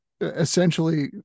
essentially